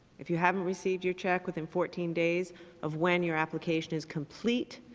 if you haven't received your check within fourteen days of when your application is complete,